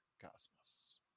Cosmos